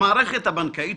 שהמערכת הבנקאית,